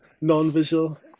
non-visual